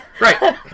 Right